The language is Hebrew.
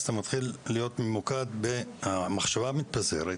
אז אתה מתחיל להיות ממוקד המחשבה מתפזרת,